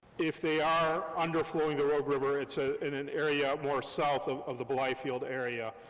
if they are underflowing the rogue river, it's ah in an area more south of of the blythefield area,